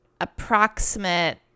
approximate